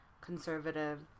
conservative